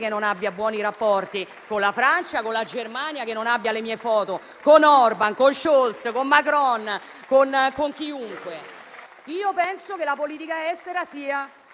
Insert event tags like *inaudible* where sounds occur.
che non abbia buoni rapporti con la Francia e con la Germania e che non abbia le mie foto con Orban, con Scholz, con Macron e con chiunque. *applause* Io penso che la politica estera sia